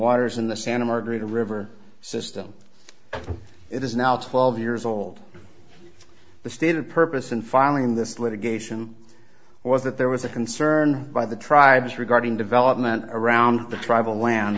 waters in the santa margarita river system it is now twelve years old the stated purpose in filing this litigation was that there was a concern by the tribes regarding development around the tribal land